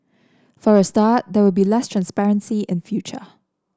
for a start there will be less transparency in future